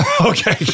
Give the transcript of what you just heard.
Okay